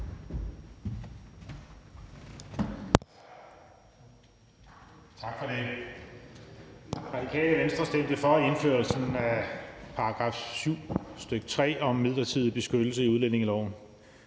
Tak for det. Radikale Venstre stemte for indførelsen af § 7, stk. 3, om midlertidig beskyttelse i udlændingeloven,